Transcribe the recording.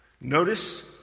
Notice